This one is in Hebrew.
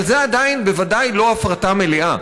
אבל זה עדיין בוודאי לא הפרטה מלאה.